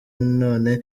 none